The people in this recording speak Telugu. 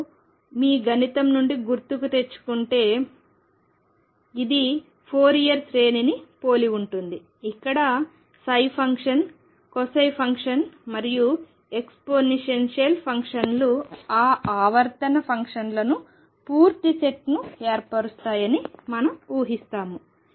మీరు మీ గణితం నుండి గుర్తుకు తెచ్చుకుంటే ఇది ఫోరియర్ శ్రేణిని పోలి ఉంటుంది ఇక్కడ సైన్ ఫంక్షన్ కొసైన్ ఫంక్షన్ మరియు ఎక్స్పోనెన్షియల్ ఫంక్షన్లు ఆ ఆవర్తన ఫంక్షన్లకు పూర్తి సెట్ను ఏర్పరుస్తాయని మనం ఊహిస్తాము